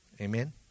Amen